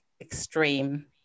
extreme